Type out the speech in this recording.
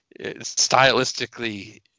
stylistically